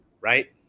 right